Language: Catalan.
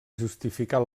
justificar